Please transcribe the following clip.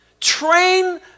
train